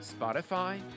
Spotify